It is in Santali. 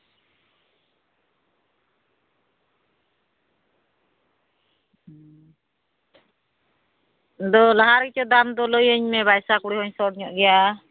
ᱟᱫᱚ ᱞᱟᱦᱟ ᱨᱮᱪᱚ ᱫᱟᱢ ᱫᱚ ᱞᱟᱹᱭᱟᱹᱧ ᱢᱮ ᱯᱟᱭᱥᱟ ᱠᱩᱲᱤ ᱦᱚᱸᱧ ᱥᱚᱴ ᱧᱚᱜ ᱜᱮᱭᱟ